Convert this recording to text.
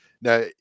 Now